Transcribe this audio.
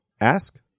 ask